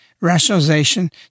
rationalization